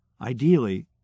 Ideally